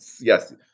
yes